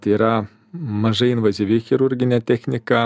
tai yra mažai invazyvi chirurginė technika